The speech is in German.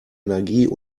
energie